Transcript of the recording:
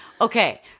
Okay